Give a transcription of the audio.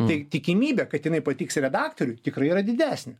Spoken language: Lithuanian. tai tikimybė kad jinai patiks redaktoriui tikrai yra didesnė